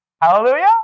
Hallelujah